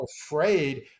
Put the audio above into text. afraid